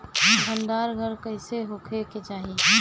भंडार घर कईसे होखे के चाही?